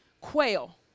Quail